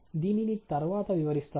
దీనిని తరువాత వివరిస్తాను